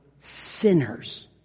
sinners